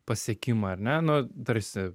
pasiekimą ar ne nu tarsi